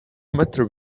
matter